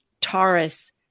Taurus